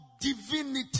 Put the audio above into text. divinity